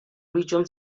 region